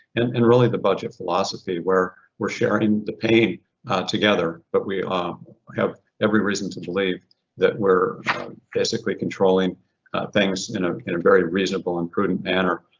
and and really the budget philosophy where we're sharing the pain together. but we ah have every reason to believe that we're physically controlling things in ah in a very reasonable and prudent manner,